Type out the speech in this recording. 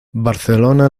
barcelona